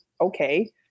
okay